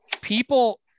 people